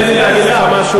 תן לי להגיד לך משהו,